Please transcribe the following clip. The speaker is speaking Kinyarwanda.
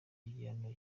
igihano